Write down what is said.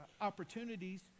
opportunities